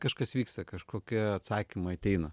kažkas vyksta kažkokie atsakymai ateina